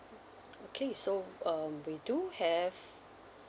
okay so um we do have